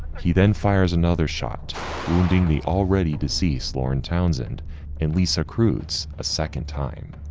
he then fires another shot wounding the already deceased lauren townsend and lisa croods, a second time.